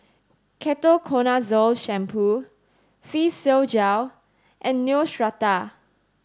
Ketoconazole Shampoo Physiogel and Neostrata